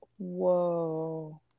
Whoa